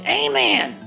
amen